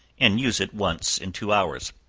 and use it once in two hours.